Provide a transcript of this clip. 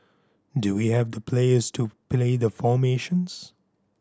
do we have the players to play the formations